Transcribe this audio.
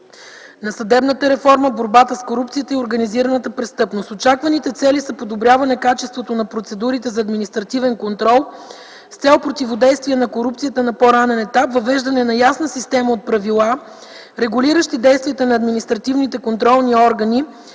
на съдебната реформа, борбата с корупцията и организираната престъпност. Очакваните цели са: подобряване качеството на процедурите за административен контрол с цел противодействие на корупцията на по-ранен етап, въвеждане на ясна система от правила, регулиращи действията на административните контролни органи